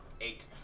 eight